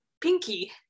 Pinky